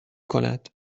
کند